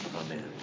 Amen